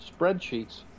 spreadsheets